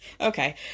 okay